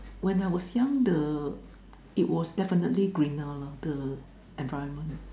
when I was young the it was definitely greener lah the environment